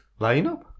lineup